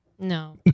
No